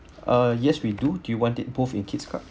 uh yes we do do you want it both in kid's cup